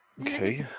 okay